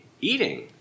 Eating